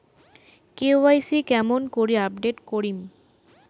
KYC কেঙ্গকরি update করিম?